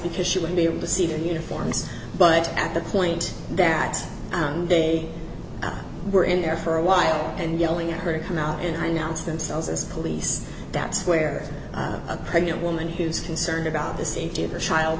because she would be able to see the uniforms but at the point that they were in there for a while and yelling at her to come out and i now to themselves as police that's where a pregnant woman who's concerned about the safety of her child